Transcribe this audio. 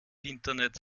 internets